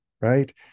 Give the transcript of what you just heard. right